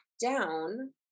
down